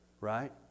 right